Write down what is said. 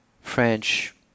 French